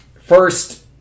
First